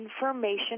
information